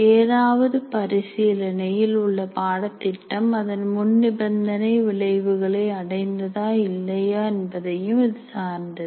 ஏதாவது பரிசீலனையில் உள்ள பாடத்திட்டம் அதன் முன் நிபந்தனை விளைவுகளை அடைந்ததா இல்லையா என்பதையும் இது சார்ந்தது